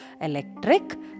electric